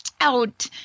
out